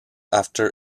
after